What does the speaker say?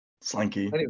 Slinky